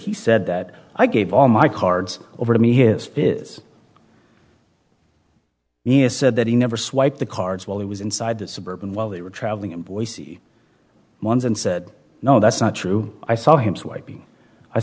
he said that i gave all my cards over to me here is me a said that he never swiped the cards while he was inside the suburban while they were traveling in boise once and said no that's not true i saw him s